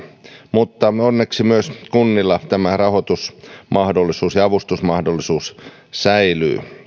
mutta onneksi myös kunnilla tämä rahoitus ja avustusmahdollisuus säilyy